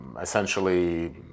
essentially